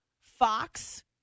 Fox